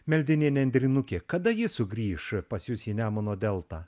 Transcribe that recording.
meldinė nendrinukė kada ji sugrįš pas jus į nemuno deltą